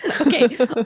Okay